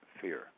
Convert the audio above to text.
fear